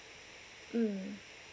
mm